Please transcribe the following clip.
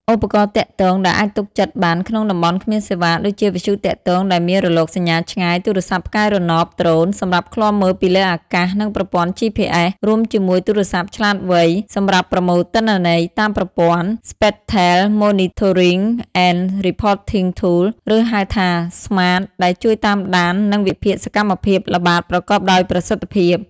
ឧបករណ៍ទាក់ទង ដែលអាចទុកចិត្តបានក្នុងតំបន់គ្មានសេវា ដូចជា វិទ្យុទាក់ទងដែលមានរលកសញ្ញាឆ្ងាយ ទូរស័ព្ទផ្កាយរណប ដ្រូន សម្រាប់ឃ្លាំមើលពីលើអាកាស និង ប្រព័ន្ធ GPS រួមជាមួយទូរស័ព្ទឆ្លាតវៃ សម្រាប់ប្រមូលទិន្នន័យតាមប្រព័ន្ធ Spatial Monitoring and Reporting Tool ឬហៅថា ស្មាត SMART ដែលជួយតាមដាន និងវិភាគសកម្មភាពល្បាតប្រកបដោយប្រសិទ្ធភាព។